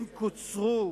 כן קוצרו,